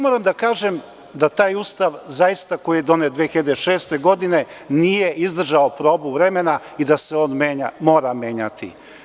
Moram da kažem da taj Ustav, zaista, koji je donet 2006. godine nije izdržao probu vremena i da se on mora menjati.